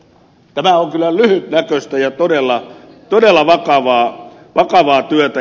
tämä on kyllä lyhytnäköistä ja todella vakavaa työtä